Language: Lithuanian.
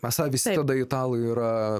esą visai juoda italai yra